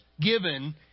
given